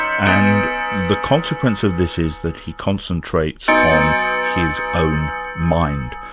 and the consequence of this is that he concentrates on his own mind,